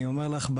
אני אומר לך,